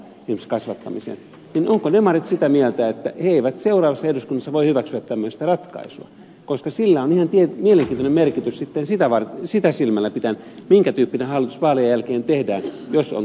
heinäluoma sitä mieltä ovatko demarit sitä mieltä että he eivät seuraavassa eduskunnassa voi hyväksyä tämmöistä ratkaisua koska sillä on ihan mielenkiintoinen merkitys sitten sitä silmälläpitäen minkä tyyppinen hallitus vaalien jälkeen tehdään jos on kuitenkin menty mukaan